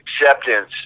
acceptance